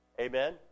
Amen